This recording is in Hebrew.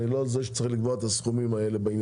אני לא זה שצריך לקבוע את הסכומים האלה.